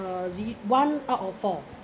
uh ze~ one out of four